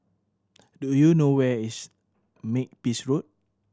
do you know where is Makepeace Road